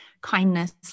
kindness